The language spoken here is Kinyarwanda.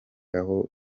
aho